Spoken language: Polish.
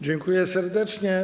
Dziękuję serdecznie.